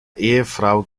ehefrau